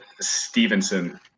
Stevenson